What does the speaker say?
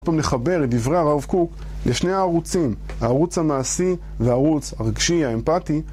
עוד פעם נחבר את דברי הרב קוק לשני הערוצים, הערוץ המעשי והערוץ הרגשי, האמפתי